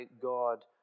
God